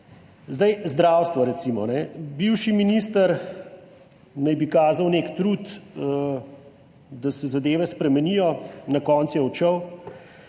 Recimo zdravstvo. Bivši minister naj bi kazal nek trud, da se zadeve spremenijo, na koncu je